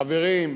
חברים,